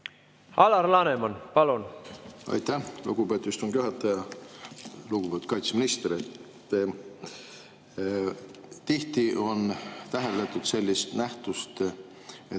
Alar Laneman, palun!